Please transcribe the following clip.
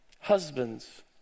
Husbands